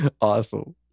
Awesome